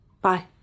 Bye